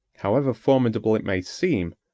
however formidable it may seem,